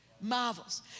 marvels